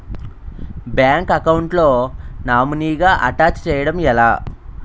Bank account లో నామినీగా attach చేయడం ఎలా?